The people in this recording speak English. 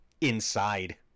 inside